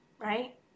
right